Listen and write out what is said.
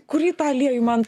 kurį italijoj man